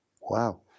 wow